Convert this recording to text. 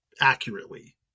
accurately